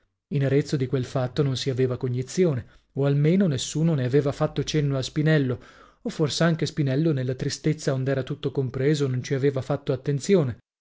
in arezzo di quel fatto non si aveva cognizione o almeno nessuno ne aveva fatto cenno a spinello o fors'anche spinello nella tristezza ond'era tutto compreso non ci aveva fatto attenzione